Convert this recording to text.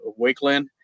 Wakeland